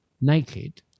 naked